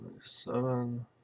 seven